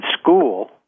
school